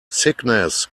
sickness